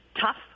tough